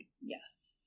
Yes